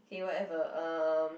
okay whatever um